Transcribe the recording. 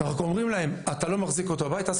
אנחנו רק אומרים להם שהם לא יחזיקו אותם בבית.